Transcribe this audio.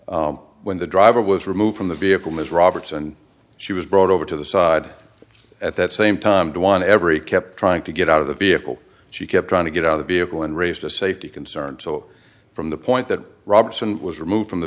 and when the driver was removed from the vehicle ms roberts and she was brought over to the side at that same time to one every kept trying to get out of the vehicle she kept trying to get out of the vehicle and raised to safety concerns so from the point that robson was removed from the